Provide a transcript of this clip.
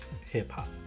hip-hop